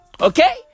Okay